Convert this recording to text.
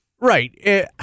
Right